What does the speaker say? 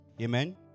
Amen